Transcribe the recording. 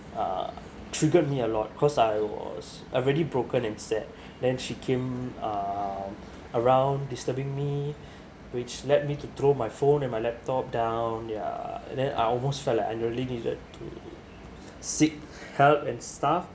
uh triggered me a lot cause I was already broken and sad then she came um around disturbing me which led me to throw my phone and my laptop down ya then I almost felt like I really needed to seek help and stuff